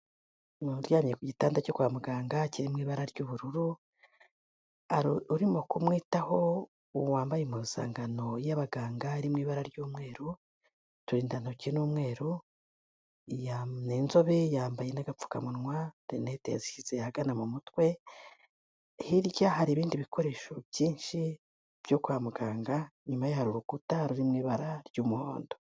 Umuntu uryamye ku gitanda cyo kwa muganga kiri mu ibara ry'ubururu hari urimo kumwitaho wambaye impuzankano y'abaganga iri mu ibara ry'umweru uturindantoki ni umweru ni inzobe yambaye n'agapfukamunwa rinete yazishyize ahagana mu mutwe hirya hari ibindi bikoresho byinshi byo kwa muganga inyuma ye hari urukuta ruri mu ibara ry'umuhondo.